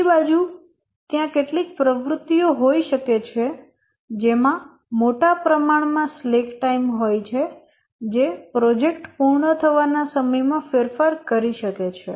બીજી બાજુ ત્યાં કેટલીક પ્રવૃત્તિઓ હોઈ શકે છે જેમાં મોટા પ્રમાણમાં સ્લેક ટાઇમ હોય છે જે પ્રોજેક્ટ પૂર્ણ થવાનાં સમય માં ફેરફાર કરી શકે છે